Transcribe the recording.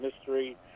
mystery